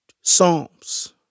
Psalms